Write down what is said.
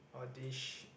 or dish